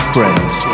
Friends